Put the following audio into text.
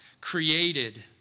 created